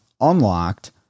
unlocked